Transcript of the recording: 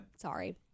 Sorry